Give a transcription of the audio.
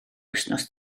wythnos